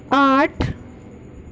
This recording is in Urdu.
آٹھ